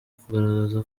kugaragaza